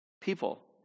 people